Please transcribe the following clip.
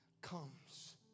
comes